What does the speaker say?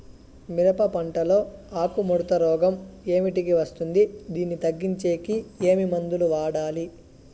మిరప పంట లో ఆకు ముడత రోగం ఏమిటికి వస్తుంది, దీన్ని తగ్గించేకి ఏమి మందులు వాడాలి?